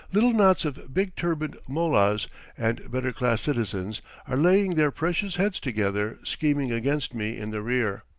little knots of big-turbaned mollahs and better-class citizens are laying their precious heads together scheming against me in the rear.